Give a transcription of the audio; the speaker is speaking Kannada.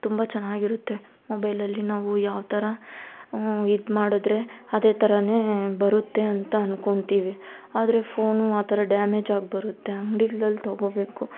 ತುಂಬ ಚೆನ್ನಾಗಿರುತ್ತೆ ಮೊಬೈಲಲ್ಲಿ ನಾವು ಯಾವ್ತರ ಇದು ಮಾಡಿದ್ರೆ ಅದೇ ಥರಾನೇ ಬರುತ್ತೆ ಅಂತ ಅನ್ಕೊತೀವಿ ಆದರೆ ಫೋನು ಆ ಥರ ಡ್ಯಾಮೇಜಾಗಿ ಬರುತ್ತೆ ಅಂಗ್ಡಿಗಳಲ್ಲಿ ತೊಗೋಬೇಕು